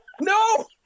No